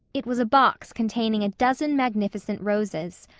it was a box containing a dozen magnificent roses.